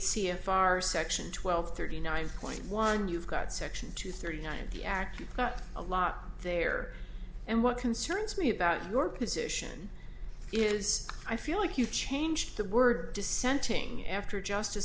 c f r section twelve thirty nine point one you've got section two thirty nine of the act you got a lot there and what concerns me about your position is i feel like you changed the word dissenting after justice